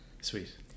sweet